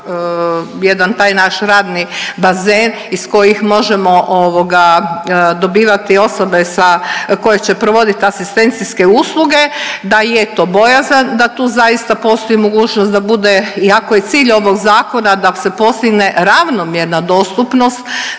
jedan taj naš radni bazen iz kojih možemo ovoga dobivati osobe sa, koje će provoditi asistencijske usluge, da je i to bojazan da tu zaista postoji mogućnost da bude i ako je cilj ovog zakona da se postigne ravnomjerna dostupnost